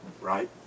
right